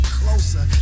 closer